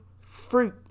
fruit